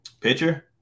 Pitcher